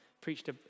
preached